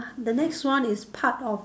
the next one is part of